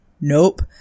Nope